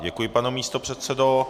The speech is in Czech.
Děkuji, pane místopředsedo.